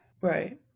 Right